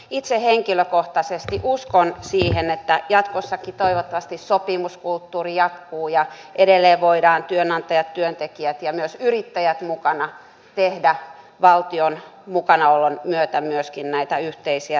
itse henkilökohtaisesti uskon siihen että jatkossakin toivottavasti sopimuskulttuuri jatkuu ja edelleen voidaan työnantajat työntekijät ja myös yrittäjät mukana tehdä valtion mukanaolon myötä myöskin näitä yhteisiä ratkaisuja